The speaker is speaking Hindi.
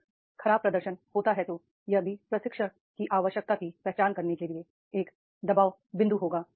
अगर खराब प्रदर्शन होता है तो यह भी प्रशिक्षण की आवश्यकता की पहचान करने के लिए एक दबाव बिंदु होगा